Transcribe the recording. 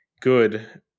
good